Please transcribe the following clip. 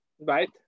right